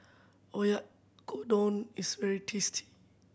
oyakodon is very tasty